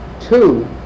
Two